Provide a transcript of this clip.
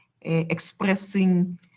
expressing